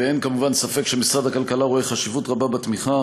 ואין כמובן ספק שמשרד הכלכלה רואה חשיבות רבה בתמיכה